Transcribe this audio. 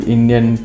Indian